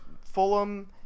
Fulham